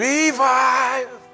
Revive